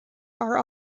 are